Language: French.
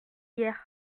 hier